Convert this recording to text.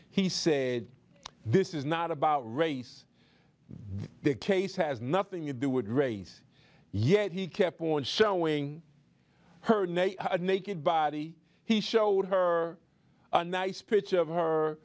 he said this is not about race the case has nothing to do with race yet he kept on showing her naked body he showed her a nice picture of her